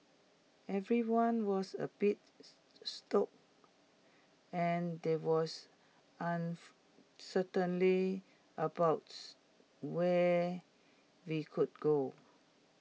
everyone was A bit stock and there was uncertainty where we could go